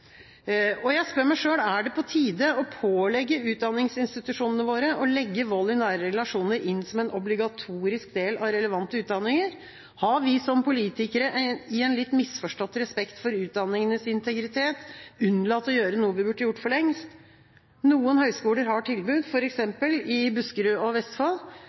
Jeg spør meg selv: Er det på tide å pålegge utdanningsinstitusjonene våre å legge vold i nære relasjoner inn som en obligatorisk del av relevante utdanninger? Har vi som politikere – i en litt misforstått respekt for utdanningenes integritet – unnlatt å gjøre noe vi burde gjort for lengst? Noen høyskoler, f.eks. i Buskerud og i Vestfold, har tilbud,